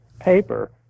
paper